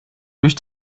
durch